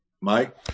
Mike